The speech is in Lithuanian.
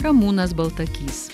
ramūnas baltakys